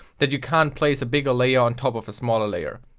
that you can't place a bigger layer ontop of a smaller layer.